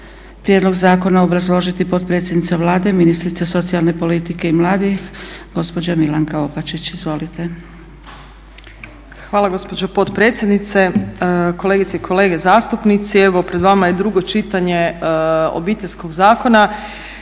prijedlog zakona obrazložiti potpredsjednica Vlade i ministrica socijalne politike i mladih gospođa Milanka Opačić. Izvolite. **Opačić, Milanka (SDP)** Hvala gospođo potpredsjednice, kolegice i kolege zastupnici. Evo pred vama je drugo čitanje Obiteljskog zakona